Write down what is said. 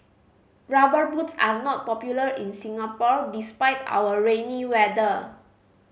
Rubber Boots are not popular in Singapore despite our rainy weather